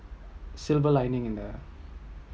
silver lining in a